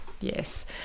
Yes